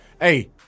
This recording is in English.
Hey